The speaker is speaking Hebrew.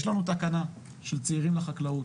יש לנו תקנה של צעירים לחקלאות.